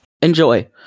Enjoy